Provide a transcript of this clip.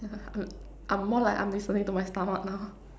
I'm more like I'm listening to my stomach now